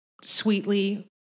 sweetly